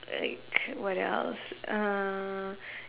like what else uh